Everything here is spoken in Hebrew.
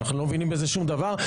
אנחנו לא מבינים בזה שום דבר.